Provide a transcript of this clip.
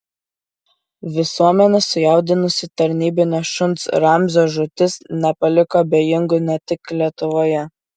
visuomenę sujaudinusi tarnybinio šuns ramzio žūtis nepaliko abejingų ne tik lietuvoje